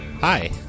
Hi